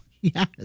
Yes